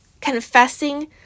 confessing